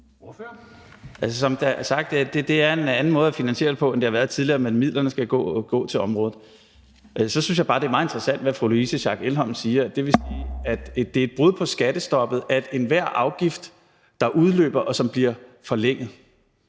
Som sagt er det en anden måde at finansiere det på, end det har været tidligere, men midlerne skal gå til området. Så synes jeg bare, det er meget interessant, hvad fru Louise Schack Elholm siger. Vil det sige, at hver gang en afgift udløber og derefter bliver forlænget,